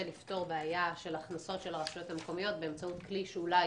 לפתור בעיה של הכנסות של הרשויות המקומיות באמצעות כלי שאולי